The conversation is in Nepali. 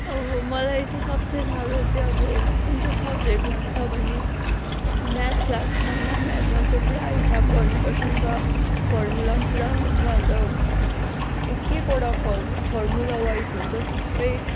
अब मलाई चाहिँ सबसे साह्रो चाहिँ अब कुन चाहिँ सब्जेक्ट लाग्छ भने म्याथ लाग्छ होइन म्याथमा चाहिँ पुरा हिसाब गर्नुपर्छ नि त फर्मुला पनि पुरा हुन्छ अन्त एक एकवटा फर्मु फर्मुलावाइज हुन्छ सबै